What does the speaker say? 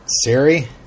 Siri